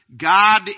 God